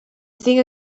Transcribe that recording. think